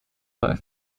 sei